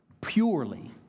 purely